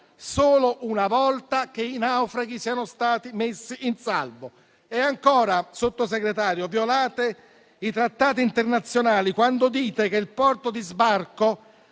solo una volta che i naufraghi siano stati messi in salvo. Ancora, Sottosegretario, violate i trattati internazionali, quando dite che il porto di sbarco